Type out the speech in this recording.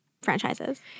franchises